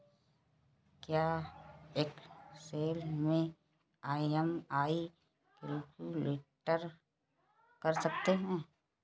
क्या एक्सेल में EMI calculate कर सकते हैं?